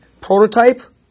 prototype